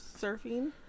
surfing